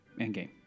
Endgame